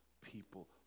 people